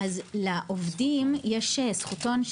לעובדים יש זכותון,